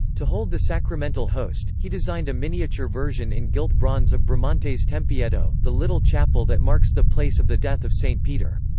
to hold the sacramental host, he designed a miniature version in gilt bronze of bramante's tempietto, the little chapel that marks the place of the death of st. peter.